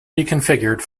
reconfigured